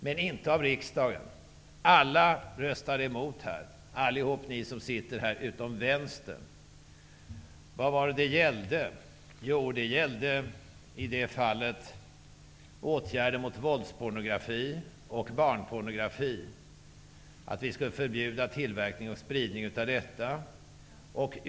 Men den stöddes inte av riksdagen -- alla ni som sitter här, utom vänstern, röstade emot den. Vad gällde det? Jo, det gällde i det fallet åtgärder mot våldspornografi och barnpornografi, att förbjuda tillverkning och spridning av detta.